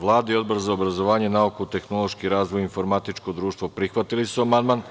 Vlada i Odbor za obrazovanje, nauku, tehnološki razvoj i informatičko društvo prihvatili su amandman,